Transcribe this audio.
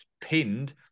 pinned